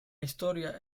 historia